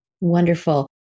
wonderful